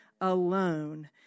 alone